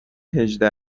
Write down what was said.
هجده